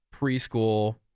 preschool